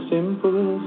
simple